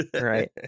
Right